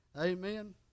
Amen